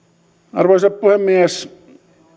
arvoisa puhemies